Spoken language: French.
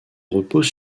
repose